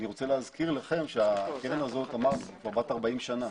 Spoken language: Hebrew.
אני רוצה להזכיר לכם שהקרן הזאת כבר בת 40 שנה,